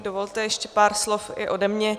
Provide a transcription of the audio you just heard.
Dovolte ještě pár slov i ode mě.